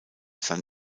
san